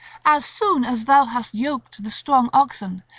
as soon as thou hast yoked the strong oxen,